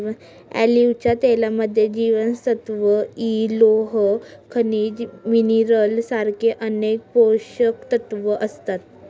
ऑलिव्हच्या तेलामध्ये जीवनसत्व इ, लोह, खनिज मिनरल सारखे अनेक पोषकतत्व असतात